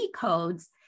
codes